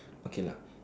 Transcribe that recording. okay lah